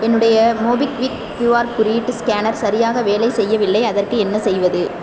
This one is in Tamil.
என்னுடைய மொபிக்விக் கியூஆர் குறியீட்டு ஸ்கேனர் சரியாக வேலை செய்யவில்லை அதற்கு என்ன செய்வது